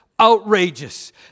Outrageous